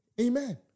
Amen